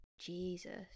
Jesus